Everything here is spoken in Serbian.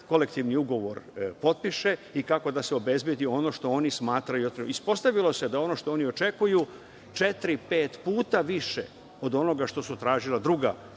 kolektivni ugovor potpiše i kako da se obezbedi ono što oni smatraju da treba. Ispostavilo se da je ono što oni očekuju četiri, pet puta više od onoga što su tražila druga